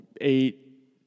eight